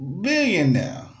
billionaire